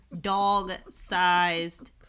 dog-sized